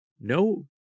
No